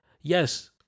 yes